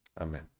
Amen